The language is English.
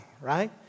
right